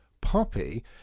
Poppy